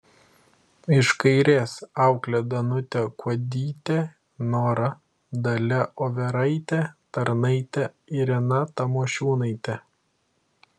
iš kairės auklė danutė kuodytė nora dalia overaitė tarnaitė irena tamošiūnaitė